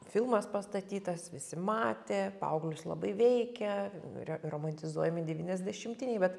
filmas pastatytas visi matė paauglius labai veikia yra romantizuojami devyniasdešimtieji bet